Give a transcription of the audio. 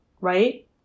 right